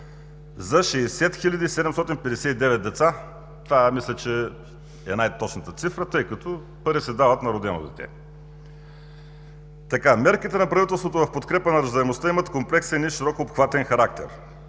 за 60 759 деца. Мисля, че това е най-точната цифра, тъй като пари се дават на родено дете. Мерките на правителството в подкрепа на раждаемостта имат комплексен и широко обхватен характер.